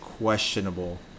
questionable